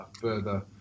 further